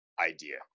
idea